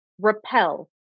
repel